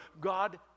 God